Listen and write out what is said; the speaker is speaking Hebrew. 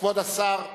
כבוד השר,